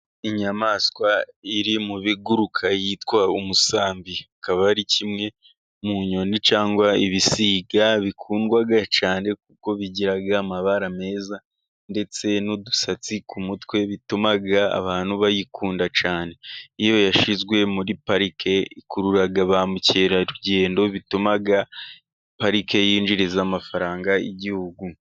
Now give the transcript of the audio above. Inyamaswa iri mu biguruka yitwa umusambi, ikaba ari kimwe mu nyoni cyangwa ibisiga bikundwa cyane kuko bigira amabara meza, ndetse n'udusatsi ku mutwe, bituma abantu bayikunda cyane, iyo yashizwe muri parike ikurura ba mukerarugendo, bituma parike yinjiriza amafaranga igihugu.